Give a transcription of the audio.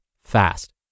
fast